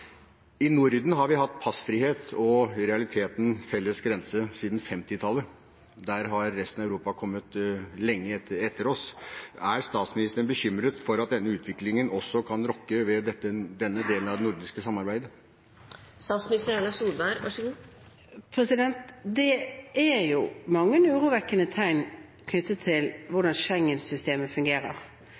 I Norden har vi hatt passfrihet og i realiteten felles grense siden 1950-tallet. Der har resten av Europa kommet lenge etter oss. Er statsministeren bekymret for at denne utviklingen også kan rokke ved denne delen av det nordiske samarbeidet? Det er mange urovekkende tegn knyttet til hvordan Schengen-systemet fungerer.